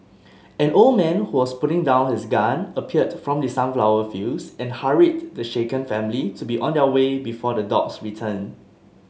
an old man who was putting down his gun appeared from the sunflower fields and hurried the shaken family to be on their way before the dogs return